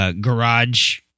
garage